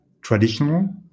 traditional